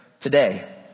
today